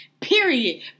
Period